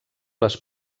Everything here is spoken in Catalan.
les